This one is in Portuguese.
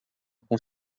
com